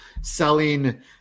selling